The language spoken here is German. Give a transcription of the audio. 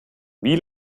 wie